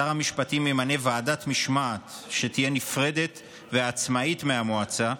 שר המשפטים ימנה ועדת משמעת שתהיה נפרדת ועצמאית מהמועצה,